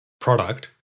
product